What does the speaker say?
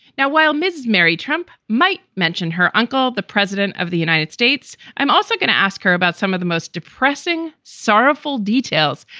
now, while mrs. mary trump might mention her uncle, the president of the united states, i'm also going to ask her about some of the most depressing, sorrowful details.